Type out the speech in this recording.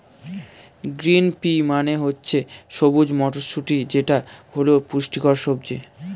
green pea মানে হচ্ছে সবুজ মটরশুঁটি যেটা হল পুষ্টিকর সবজি